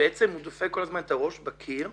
שבעצם דופק כל הזמן את הראש בקיר,